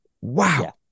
Wow